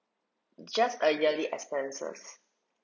just a yearly expenses